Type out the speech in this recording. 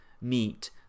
meet